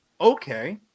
okay